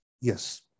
Yes